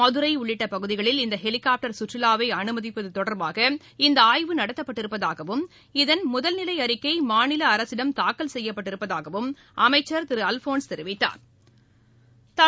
மதுரைஉள்ளிட்டபகுதிகளில் இந்தஹெலிகாப்டர் சுற்றுலாவைஅனுமதிப்பத்தொடர்பாக இந்தஆய்வு நடத்தப்பட்டிருப்பதாகவும் இதன் முதன்நிலைஅறிக்கைமாநிலஅரசிடம் தாக்கல் செய்யப்பட்டிருப்பதாகவும் அமைச்சா் திருஅல்போன்ஸ் தெரிவித்தாா்